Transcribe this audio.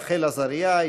רחל עזריה,